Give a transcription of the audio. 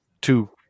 two